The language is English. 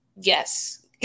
yes